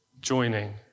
joining